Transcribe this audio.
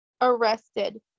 arrested